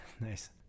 nice